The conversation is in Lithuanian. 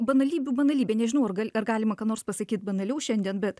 banalybių banalybė nežinau ar gali ar galima ką nors pasakyt banaliau šiandien bet